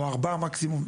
או ארבעה מקסימום.